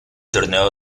torneo